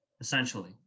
Essentially